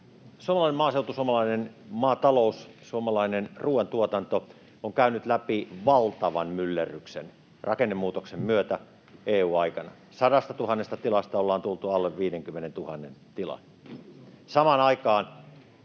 Suomalainen maaseutu, suomalainen maatalous, suomalainen ruoantuotanto ovat käyneet läpi valtavan myllerryksen rakennemuutoksen myötä EU-aikana: 100 000 tilasta ollaan tultu alle 50 000 tilan.